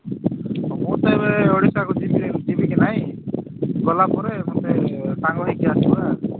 ମୁଁ ଯେତେବେଳେ ଓଡ଼ିଶାକୁ ଯିବି ଯିବି କି ନାହିଁ ଗଲାପରେ ମୋତେ ସାଙ୍ଗ ହୋଇକି ଆସିବା